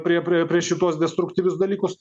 prie prie prieš šituos destruktyvius dalykus